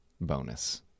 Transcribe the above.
bonus